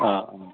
अ अ